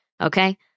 Okay